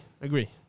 agree